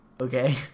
okay